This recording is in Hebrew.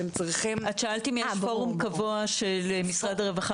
שאלת אם יש פורום קבוע של משרד הרווחה